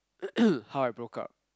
how I broke up